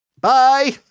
Bye